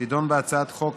תדון בהצעת חוק